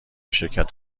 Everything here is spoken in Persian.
شرکت